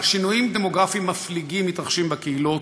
שינויים דמוגרפיים מפליגים המתרחשים בקהילות.